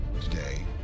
today